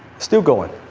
still going.